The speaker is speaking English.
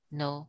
no